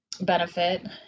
benefit